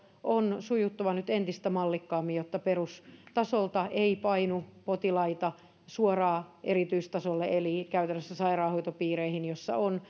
on sujuttava nyt entistä mallikkaammin jotta perustasolta ei painu potilaita suoraan erityistasolle eli käytännössä sairaanhoitopiireihin joissa on